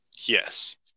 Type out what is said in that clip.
Yes